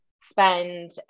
spend